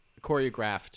choreographed